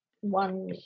one